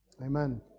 Amen